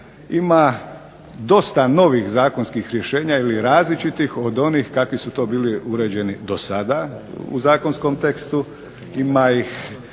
Ima dosta novih zakonskih rješenja ili različitih od onih kakvi su to bili uređeni do sada u zakonskom tekstu.